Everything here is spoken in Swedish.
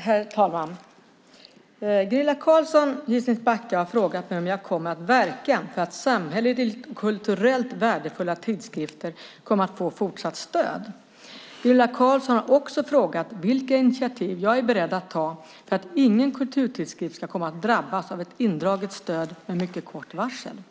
Herr talman! Gunilla Carlsson i Hisings Backa har frågat mig om jag kommer att verka för att samhälleligt och kulturellt värdefulla tidskrifter kommer att få fortsatt stöd. Gunilla Carlsson har också frågat vilka initiativ jag är beredd att ta för att ingen kulturtidskrift ska komma att drabbas av ett indraget stöd med mycket kort varsel.